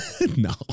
No